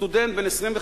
סטודנט בן 25: